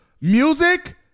music